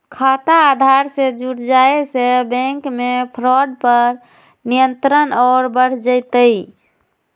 खाता आधार से जुड़ जाये से बैंक मे फ्रॉड पर नियंत्रण और बढ़ जय तय